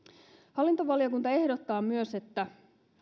hallintovaliokunta ehdottaa myös että